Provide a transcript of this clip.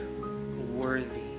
worthy